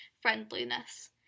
friendliness